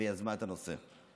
ויזמה את הנושא.